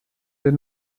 der